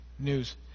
news